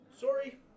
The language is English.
Sorry